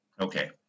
Okay